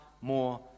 more